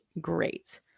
great